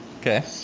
Okay